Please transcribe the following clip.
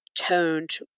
toned